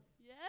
Yes